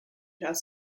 has